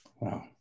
Wow